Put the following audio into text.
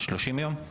30 יום.